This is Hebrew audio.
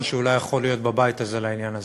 שאולי יכול להיות בבית הזה לעניין הזה.